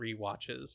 rewatches